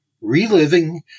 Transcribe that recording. Reliving